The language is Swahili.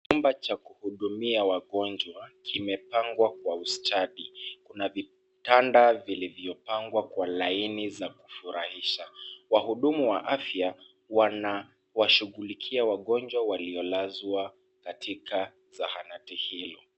Chumba cha kuhudumia wagonjwa kimepangwa kwa ustadi. Kuna vitanda vilivyopangwa kwa laini vya kufurahisha. Wahudumu wa afya wanawashughulikia wagonjwa waliolazwa katika zahanati hilo.